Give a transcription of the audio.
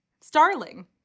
Starling